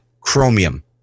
Chromium